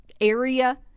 area